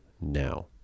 now